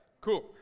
Cool